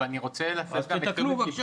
אז תתקנו, בבקשה.